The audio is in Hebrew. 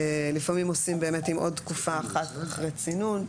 לפעמים עושים באמת עם עוד תקופה אחת אחרי צינון.